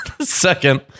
Second